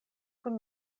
kun